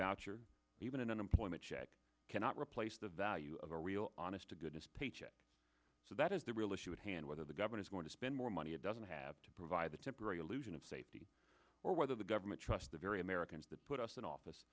or even an unemployment check cannot replace the value of a real honest to goodness paycheck so that is the real issue at hand whether the governor's going to spend more money it doesn't have to provide a temporary illusion of safety or whether the government trust the very americans that put us in office